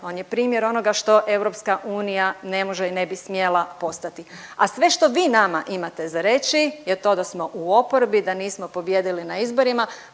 On je primjer onoga što EU ne može i ne bi smjela postati. A sve što vi nama imate za reći je to da smo u oporbi, da nismo pobijedili na izborima.